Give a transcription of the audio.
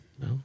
No